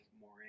more